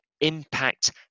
impact